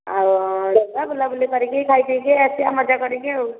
ଆଉ ଦେଖିବା ବୁଲାବୁଲି କରିକି ଖାଇପିଇକି ଆସିବା ମଜା କରିକି ଆଉ